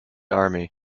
army